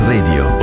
Radio